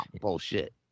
bullshit